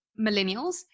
millennials